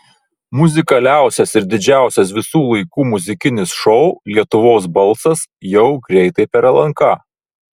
muzikaliausias ir didžiausias visų laikų muzikinis šou lietuvos balsas jau greitai per lnk